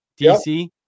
DC